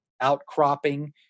outcropping